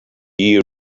year